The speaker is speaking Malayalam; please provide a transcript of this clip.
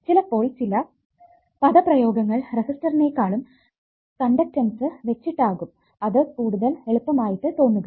ചിലപ്പോൾ ചില പദപ്രയോഗങ്ങൾ റെസിസ്റ്റൻസിനേക്കാളും കണ്ടക്ടൻസു വെച്ചിട്ടാകും കൂടുതൽ എളുപ്പം ആയിട്ട് തോന്നുക